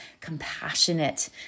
compassionate